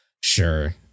sure